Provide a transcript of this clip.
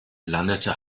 landete